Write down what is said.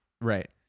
right